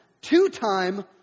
two-time